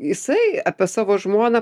jisai apie savo žmoną